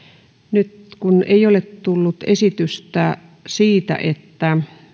nyt ei ole tullut esitystä siitä että